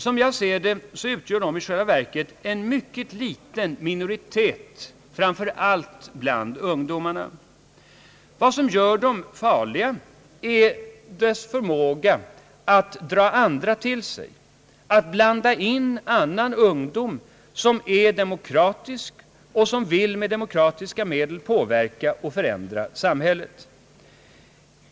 Som jag ser det utgör de i själva verket en mycket liten minoritet, framför allt bland ungdomarna. Vad som gör dem farliga är deras förmåga att dra andra till sig, att blanda in annan ungdom som är demokratisk och som vill med demokratiska medel påverka och förändra samhället.